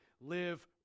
live